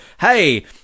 hey